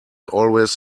always